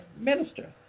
minister